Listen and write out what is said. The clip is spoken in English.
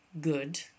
good